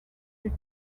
plus